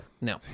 no